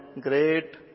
great